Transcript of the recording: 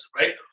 right